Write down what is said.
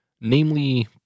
namely